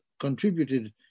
contributed